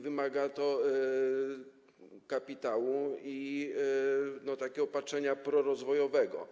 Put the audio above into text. Wymaga to kapitału i takiego patrzenia prorozwojowego.